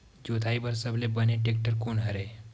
जोताई बर सबले बने टेक्टर कोन हरे?